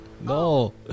No